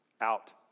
out